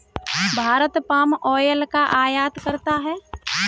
Bharat palm oil का आयात करता है